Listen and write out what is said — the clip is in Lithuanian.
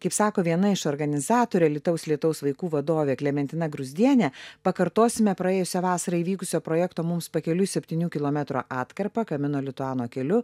kaip sako viena iš organizatorių alytaus lietaus vaikų vadovė klementina gruzdienė pakartosime praėjusią vasarą įvykusio projekto mums pakeliui septynių kilometrų atkarpą kamino lituano keliu